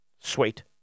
sweet